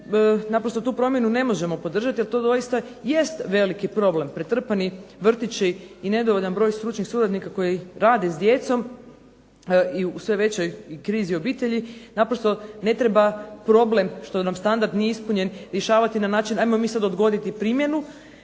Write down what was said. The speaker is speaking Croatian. naprosto tu promjenu ne možemo podržati jer to doista jest veliki problem. Pretrpani vrtići i nedovoljan broj stručnih suradnika koji rade s djecom i u sve većoj krizi obitelji naprosto ne treba problem što nam standard nije ispunjen rješavati na način ajmo mi sad odgoditi primjenu